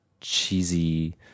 cheesy